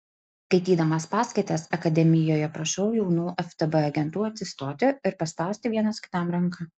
skaitydamas paskaitas akademijoje prašau jaunų ftb agentų atsistoti ir paspausti vienas kitam ranką